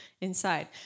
inside